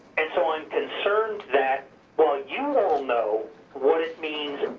and so i'm concerned that while you all know what it means,